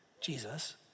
Jesus